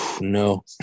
no